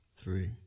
three